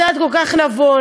מצעד כל כך נבון,